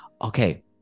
okay